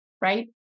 right